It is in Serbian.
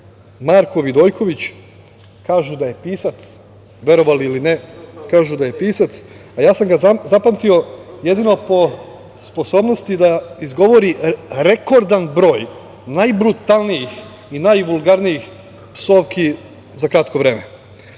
Marko Vidojković, kažu da je pisac, verovali ili ne, kažu da je pisac. Ja sam ga zapamtio jedino po sposobnosti da izgovori rekordan broj najbrutalnijih i najvuglarnijih psovki za kratko vreme.